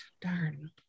darn